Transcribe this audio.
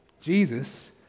Jesus